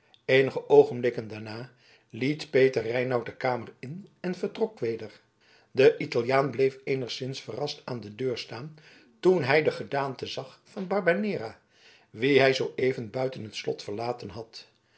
eenige oogenblikken daarna liet peter reinout de kamer in en vertrok weder de italiaan bleef eenigszins verrast aan de deur staan toen hij de gedaante zag van barbanera wien hij zooeven buiten het slot verlaten had